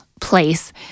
place